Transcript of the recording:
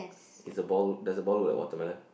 is a ball does the ball look like watermelon